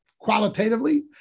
qualitatively